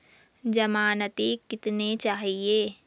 ज़मानती कितने चाहिये?